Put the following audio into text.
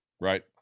Right